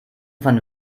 von